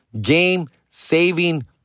game-saving